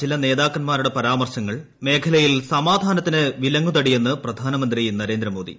ചില നേതാക്കന്മാരുടെ പരാമർശങ്ങൾ മേഖലയിൽ സമാധാനത്തിന് വിലങ്ങുതടിയെന്ന് പ്രദ്യാനമന്ത്രി നരേന്ദ്രമോദി